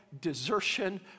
Desertion